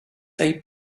day